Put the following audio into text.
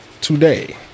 today